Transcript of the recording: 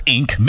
Inc